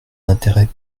intérêt